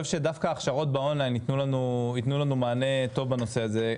שדווקא הכשרות באון-ליין יתנו לנו מענה טוב בנושא הזה.